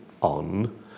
on